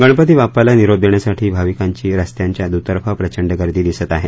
गणपती बाप्पाला निरोप देण्यासाठी भाविकांची स्त्यांच्या दुतर्फा प्रचंड गर्दी दिसत आहे